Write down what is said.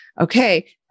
okay